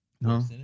No